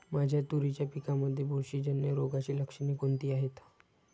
माझ्या तुरीच्या पिकामध्ये बुरशीजन्य रोगाची लक्षणे कोणती आहेत?